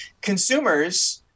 consumers